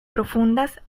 profundas